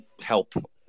help